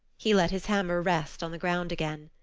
he let his hammer rest on the ground again.